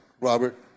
Robert